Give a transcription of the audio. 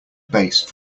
base